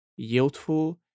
yieldful